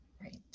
Right